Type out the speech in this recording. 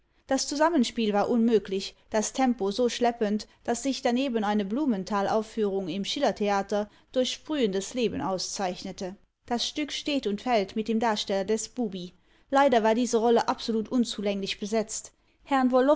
das zusammenspiel war unmöglich das tempo so schleppend daß sich daneben eine blumenthal-aufführung im schiller-theater durch sprühendes leben auszeichnete das stück steht und fällt mit dem darsteller des bubi leider war diese rolle absolut unzulänglich besetzt